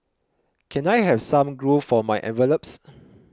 can I have some glue for my envelopes